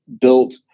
built